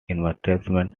investments